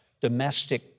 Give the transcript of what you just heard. domestic